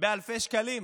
באלפי שקלים.